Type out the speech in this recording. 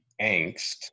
angst